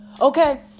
Okay